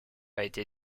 été